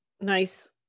nice